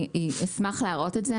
אני אשמח להראות את זה.